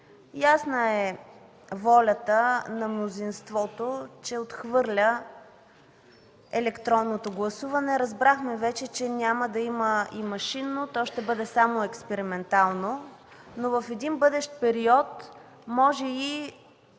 Ясна е волята на мнозинството, че отхвърля електронното гласуване. Разбрахме вече, че няма да има и машинно, то ще бъде само експериментално, но в един бъдещ период може,